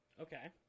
Okay